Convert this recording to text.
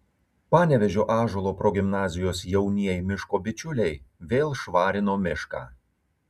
panevėžio ąžuolo progimnazijos jaunieji miško bičiuliai vėl švarino mišką